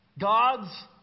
God's